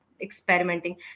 experimenting